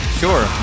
sure